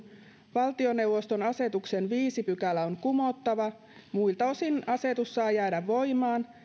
valtioneuvoston asetuksen viides pykälä on kumottava ja muilta osin asetus saa jäädä voimaan